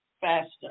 faster